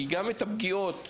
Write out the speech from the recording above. כי גם בתחום פגיעות בעבודה,